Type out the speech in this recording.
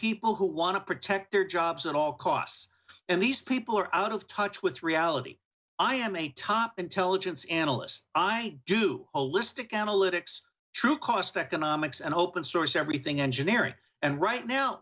people who want to protect their jobs at all costs and these people are out of touch with reality i am a top intelligence analyst i do a list of analytics true cost economics and open source everything engineering and right now